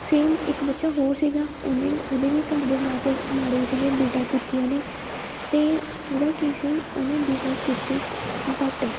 same ਇੱਕ ਬੱਚਾ ਹੋਰ ਸੀਗਾ ਉਹਨੇ ਉਹਦੇ ਵੀ ਘਰ ਦੇ ਹਾਲਾਤ ਮਾੜੇ ਸੀਗੇ ਬੀ ਟੈਕ ਕੀਤੀ ਉਹਨੇ ਅਤੇ ਉਹਦਾ ਕੀ ਸੀ ਉਹਨੇ ਬੀ ਟੈਕ ਕੀਤੀ ਬਟ